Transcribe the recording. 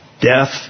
death